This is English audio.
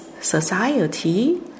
society